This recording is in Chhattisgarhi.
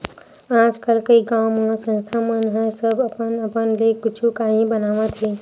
आजकल कइ गाँव म संस्था मन ह सब अपन अपन ले कुछु काही बनावत हे